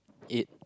eight